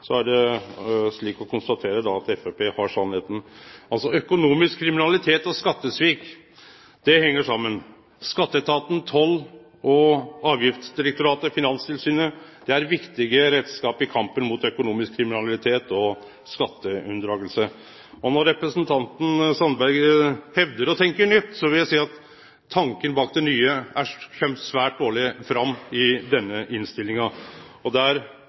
at Framstegspartiet har sanninga. Økonomisk kriminalitet og skattesvik heng saman. Skatteetaten, Toll- og avgiftsdirektoratet og Finanstilsynet er viktige reiskapar i kampen mot økonomisk kriminalitet og skatteunndraging. Når representanten Sandberg hevdar å tenkje nytt, vil eg seie at tanken bak det nye kjem svært dårleg fram i denne innstillinga, og